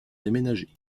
déménager